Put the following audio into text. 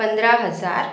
पंधरा हजार